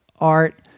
art